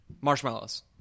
Marshmallows